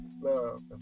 love